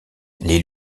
les